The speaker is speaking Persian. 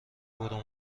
برو